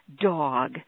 dog